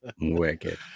wicked